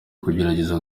kugerageza